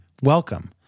Welcome